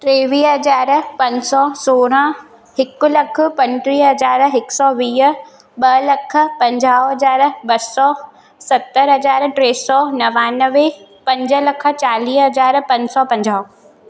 टेवीह हज़ार पंज सौ सौरहं हिक लख पंटीह हज़ार हिक सौ वीह ॿ लख पंजाह हज़ार ॿ सौ सतरि हज़ार टे सौ नवानवे पंज लख चालीह हज़ार पंज सौ पंजाह